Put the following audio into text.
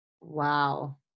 Wow